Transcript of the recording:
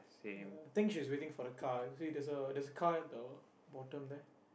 ya think she's waiting for the car see there's a there's a car at the bottom there